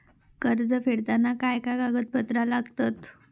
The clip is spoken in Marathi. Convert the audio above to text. कर्ज फेडताना काय काय कागदपत्रा लागतात?